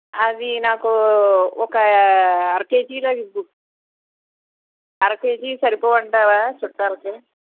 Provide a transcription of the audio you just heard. అది నాకు ఒక అరకేజీ దాకా ఇవ్వు అరకేజీ సరిపోవా అంటారా చుట్టాలకి